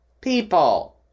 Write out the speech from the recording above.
people